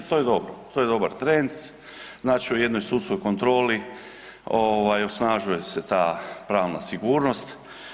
To je dobro, to je dobar trend znači u jednoj sudskoj kontroli osnažuje se ta pravna sigurnost.